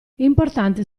importante